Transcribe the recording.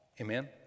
Amen